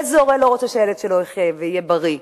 איזה הורה לא רוצה שהילד יחיה ויהיה בריא?